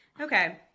Okay